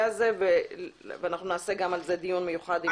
הזה ואנחנו נקיים על כך דיון מיוחד.